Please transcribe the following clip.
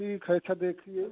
ठीक है अच्छा देखिए